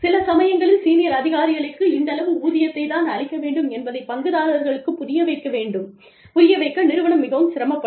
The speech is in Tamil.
சில சமயங்களில் சீனியர் அதிகாரிகளுக்கு இந்தளவு ஊதியத்தை தான் அளிக்க வேண்டும் என்பதை பங்குதாரர்களுக்கு புரிய வைக்க நிறுவனம் மிகவும் சிரமப்படும்